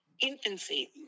infancy